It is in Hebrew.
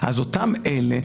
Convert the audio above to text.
אז אותם אלה,